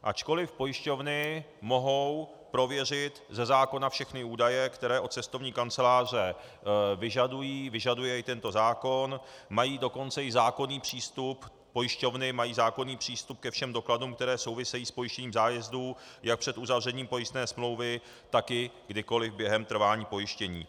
Ačkoli pojišťovny mohou prověřit ze zákona všechny údaje, které od cestovní kanceláře vyžadují, vyžaduje i tento zákon, mají dokonce i zákonný přístup, pojišťovny mají zákonný přístup ke všem dokladům, které souvisejí s pojištěním zájezdů, jak před uzavřením pojistné smlouvy, tak i kdykoli během trvání pojištění.